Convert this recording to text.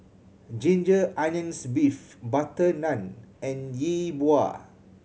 ginger onions beef butter naan and Yi Bua